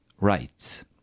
rights